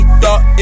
thought